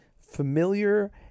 familiar